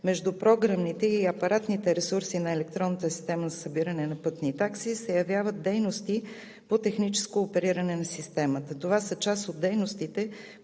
между програмните и апаратните ресурси на електронната система за събиране на пътни такси, се явяват дейности по техническо опериране на системата. Това са част от дейностите